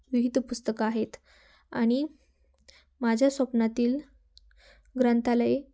विविध पुस्तकं आहेत आणि माझ्या स्वप्नातील ग्रंथालय